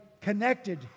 connected